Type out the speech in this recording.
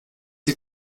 die